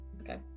Okay